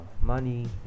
money